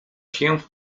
się